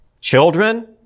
Children